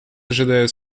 ожидают